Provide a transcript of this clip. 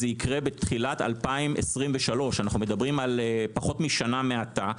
זה יקרה בתחילת 2023. אנחנו מדברים על פחות משנה מעתה.